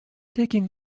taking